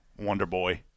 Wonderboy